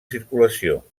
circulació